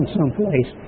someplace